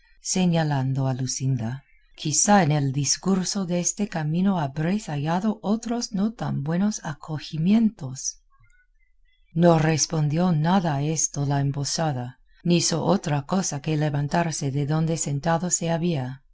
señalando a luscinda quizá en el discurso de este camino habréis hallado otros no tan buenos acogimientos no respondió nada a esto la embozada ni hizo otra cosa que levantarse de donde sentado se había